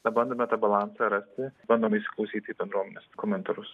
na bandome tą balansą rasti bandom įsiklausyti į bendruomenės komentarus